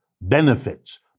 benefits